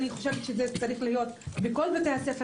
אני חושבת שזה צריך להיות בכל בתי הספר